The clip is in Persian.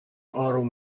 آروم